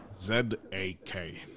Z-A-K